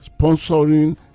sponsoring